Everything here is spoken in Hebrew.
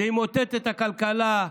זה ימוטט את הכלכלה,